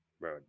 bro